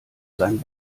sein